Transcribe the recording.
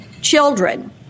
children